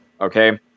Okay